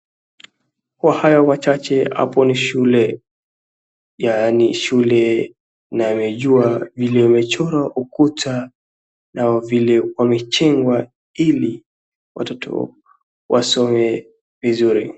Kwa hayo machache, hapo ni shule. Yaani shule na amejua vile imechorwa ukuta na vile wamejengwa ili watoto wasome vizuri.